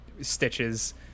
stitches